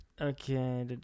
okay